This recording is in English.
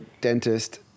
dentist